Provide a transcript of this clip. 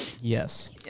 yes